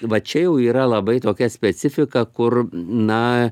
va čia jau yra labai tokia specifika kur na